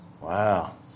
Wow